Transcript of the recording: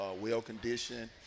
well-conditioned